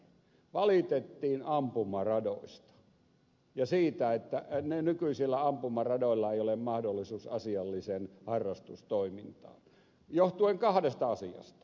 valitettiin ampumaradoista ja siitä että nykyisillä ampumaradoilla ei ole mahdollisuus asialliseen harrastustoimintaan johtuen kahdesta asiasta